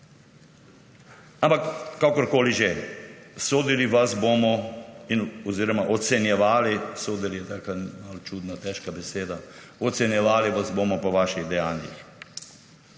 Ampak kakorkoli že, sodili oziroma ocenjevali – sodili je taka malo čudna, težka beseda – ocenjevali vas bomo po vaših dejanjih.